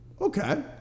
Okay